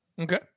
Okay